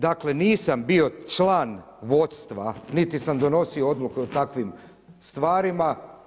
Dakle, nisam bio član vodstva niti sam donosio odluku o takvim stvarima.